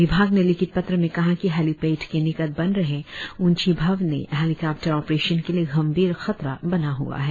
विभाग ने लिखित पत्र में कहा कि हेलिपेड के निकट बन रहे ऊची भवने हेलीकॉप्टर ऑपरेशन के लिए गंभीर खतरा बना हुआ है